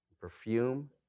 perfume